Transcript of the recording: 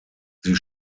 sie